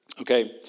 Okay